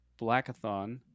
Blackathon